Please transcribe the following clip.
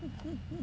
mmhmm